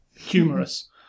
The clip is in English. humorous